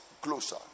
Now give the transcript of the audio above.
closer